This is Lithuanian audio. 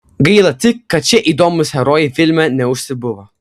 gaila tik kad šie įdomūs herojai filme neužsibuvo